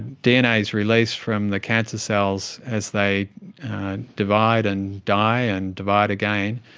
dna is released from the cancer cells as they divide and die and divide again.